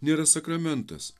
nėra sakramentas